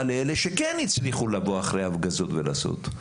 לאלה שהצליחו לבוא אחרי ההפגזות ולעשות.